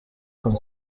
con